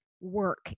work